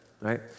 right